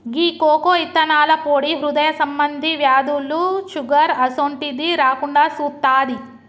గీ cocoa ఇత్తనాల పొడి హృదయ సంబంధి వ్యాధులు, షుగర్ అసోంటిది రాకుండా సుత్తాది